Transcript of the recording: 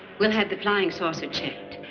we'll have the flying saucer checked,